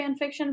fanfiction